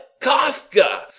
Kafka